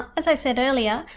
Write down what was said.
as i said earlier,